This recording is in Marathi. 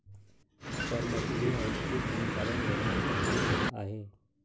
करमाफी ही ऐच्छिक अनुपालन धोरणांपैकी एक आहे